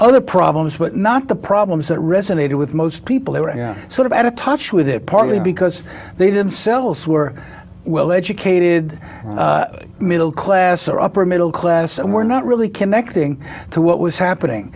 other problems but not the problems that resonated with most people who were sort of out of touch with it partly because they didn't sell us were well educated middle class or upper middle class and were not really connecting to what was happening